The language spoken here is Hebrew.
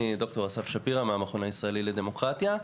אני ד"ר אסף שפירא מהמכון הישראלי לדמוקרטיה,